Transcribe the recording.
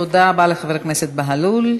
תודה רבה לחבר הכנסת בהלול.